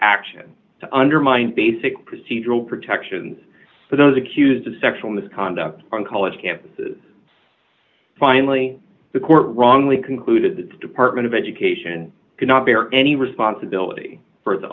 action to undermine basic procedural protections for those accused of sexual misconduct on college campuses finally the court wrongly concluded that the department of education cannot bear any responsibility for